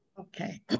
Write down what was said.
Okay